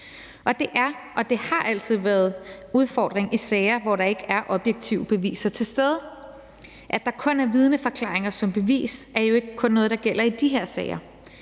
Og det er og har altid været udfordringen i sager, hvor der ikke er objektive beviser til stede. Hvor der kun er vidneforklaringer som bevis, er jo ikke kun noget, der gælder i de her sager;